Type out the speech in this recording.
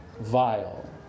vile